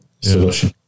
solution